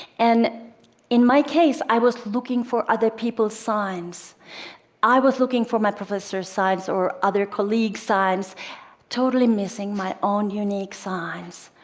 and in my case, i was looking for other people's signs i was looking for my professor's signs or other colleagues' signs totally missing my own unique signs.